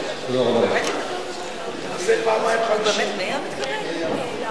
פעמיים 50. תודה רבה.